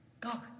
God